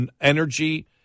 energy